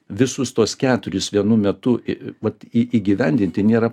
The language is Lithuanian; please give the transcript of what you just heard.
visus tuos keturis vienu metu į vat į įgyvendinti nėra